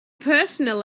personal